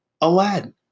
Aladdin